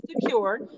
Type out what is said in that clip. secure